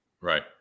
Right